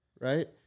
Right